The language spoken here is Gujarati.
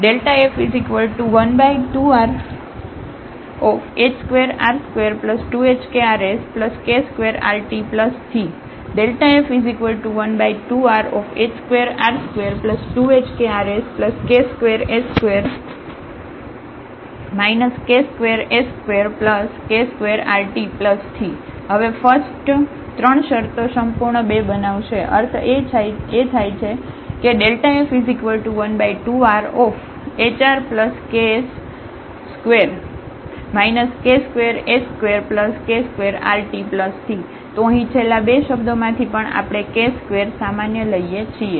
f12rh2r22hkrsk2rt f12rh2r22hkrsk2s2 k2s2k2rt હવે ફસ્ટ3 શરતો સંપૂર્ણ 2 બનાવશે અર્થ એ થાય કે f12rhrks2 k2s2k2rt ઓ અહીં છેલ્લા 2 શબ્દોમાંથી પણ આપણે k2 સામાન્ય લઈએ છીએ